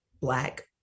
black